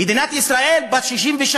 מדינת ישראל בת 66,